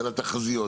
ולתחזיות.